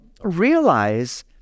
realize